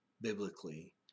biblically